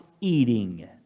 eating